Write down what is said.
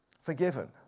forgiven